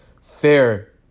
fair